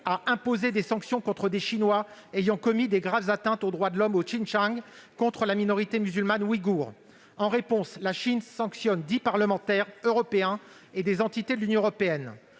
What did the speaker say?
a imposé des sanctions aux Chinois ayant commis de graves atteintes aux droits de l'homme au Xinjiang contre la minorité musulmane ouïgoure. En réponse, la Chine a sanctionné dix parlementaires européens et des entités de l'Union européenne.